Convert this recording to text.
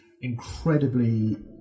incredibly